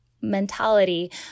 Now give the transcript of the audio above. mentality